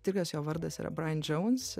tikras jo vardas yra brain džeuns